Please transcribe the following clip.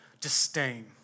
disdain